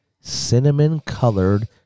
cinnamon-colored